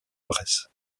bresse